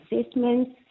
assessments